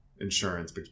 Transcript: insurance